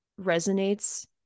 resonates